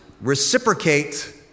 reciprocate